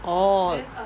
oh